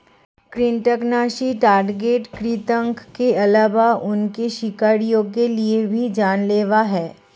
कृन्तकनाशी टारगेट कृतंक के अलावा उनके शिकारियों के लिए भी जान लेवा हैं